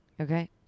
Okay